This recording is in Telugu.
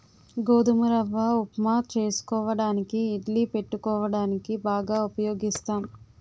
గోధుమ రవ్వ ఉప్మా చేసుకోవడానికి ఇడ్లీ పెట్టుకోవడానికి బాగా ఉపయోగిస్తాం